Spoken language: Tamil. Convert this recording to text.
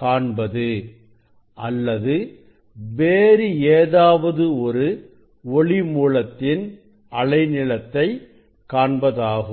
காண்பது அல்லது வேறு ஏதாவது ஒரு ஒளி மூலத்தின் அலை நீளத்தை காண்பதாகும்